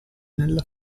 nella